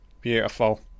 Beautiful